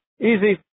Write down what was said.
easy